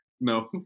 No